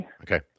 Okay